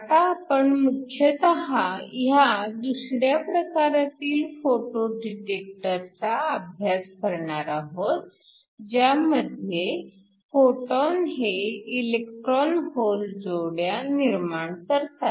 आता आपण मुख्यतः ह्या दुसऱ्या प्रकारातील फोटो डिटेक्टरचा अभ्यास करणार आहोत ज्यांमध्ये फोटॉन हे इलेक्ट्रॉन होल जोड्या निर्माण करतात